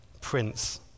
Prince